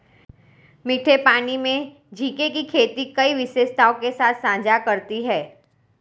मीठे पानी में झींगे की खेती कई विशेषताओं के साथ साझा करती है